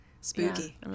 spooky